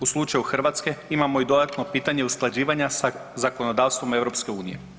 U slučaju Hrvatske imamo i dodatno pitanje usklađivanja sa zakonodavstvom EU.